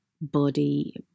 body